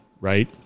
right